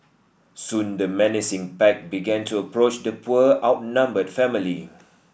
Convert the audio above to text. soon the menacing pack began to approach the poor outnumbered family